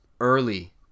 early